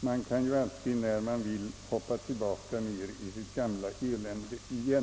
Man kan ju alltid, när man vill, hoppa tillbaka ned i sitt gamla elände igen.